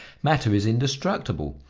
matter is indestructible,